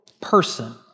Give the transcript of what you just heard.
person